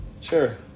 sure